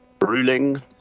ruling